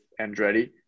Andretti